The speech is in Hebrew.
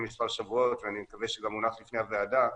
מספר שבועות ואני מקווה שגם הונח בפני הוועדה.